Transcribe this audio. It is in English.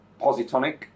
Positonic